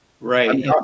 Right